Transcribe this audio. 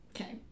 Okay